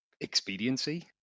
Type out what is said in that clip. expediency